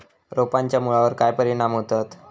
रोपांच्या मुळावर काय परिणाम होतत?